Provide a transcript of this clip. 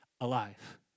alive